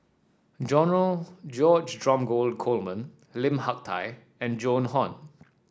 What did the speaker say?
George Dromgold Coleman Lim Hak Tai and Joan Hon